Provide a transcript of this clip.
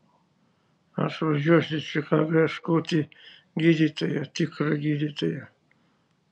aš važiuosiu į čikagą ieškoti gydytojo tikro gydytojo